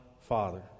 Father